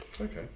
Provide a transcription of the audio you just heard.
Okay